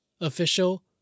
official